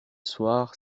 soir